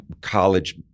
college